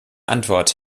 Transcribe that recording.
antwort